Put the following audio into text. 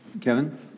Kevin